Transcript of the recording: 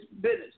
business